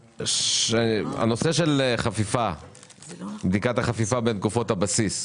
נושא בדיקת החפיפה בין תקופות הבסיס,